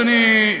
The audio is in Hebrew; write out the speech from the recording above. אדוני,